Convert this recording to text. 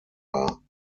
war